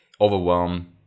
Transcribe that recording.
overwhelm